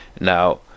Now